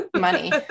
money